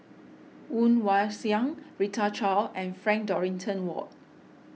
Woon Wah Siang Rita Chao and Frank Dorrington Ward